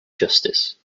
justice